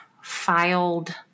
filed